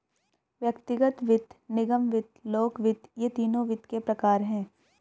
व्यक्तिगत वित्त, निगम वित्त, लोक वित्त ये तीनों वित्त के प्रकार हैं